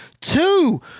Two